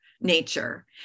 nature